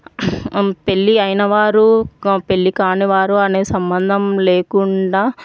పెళ్ళి అయినవారు పెళ్ళి కాని వారు అనే సంబంధం లేకుండా